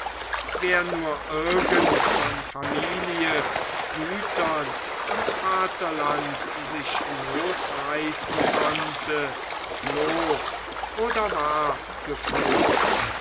wer nur irgend von familie gütern und vaterland sich losreißen konnte floh oder war geflohen